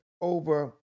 over